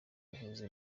yaheze